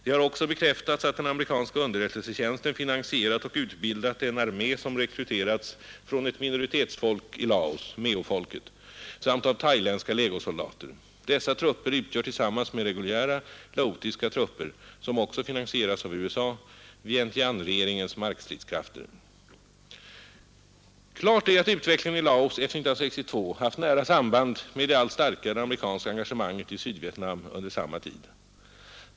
Det har också bekräftats att den amerikanska underrättelsetjänsten finansierat och utbildat en armé som rekryterats från ett minoritetsfolk i Laos, meofolket, samt av thailändska legosoldater. Dessa trupper utgör tillsammans med reguljära laotiska trupper, som också finansierats av USA, Vientianeregeringens markstridskrafter. Klart är att utvecklingen i Laos efter 1962 haft nära samband med det allt starkare amerikanska engagemanget i Sydvietnam under samma tid.